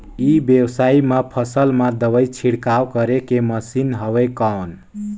ई व्यवसाय म फसल मा दवाई छिड़काव करे के मशीन हवय कौन?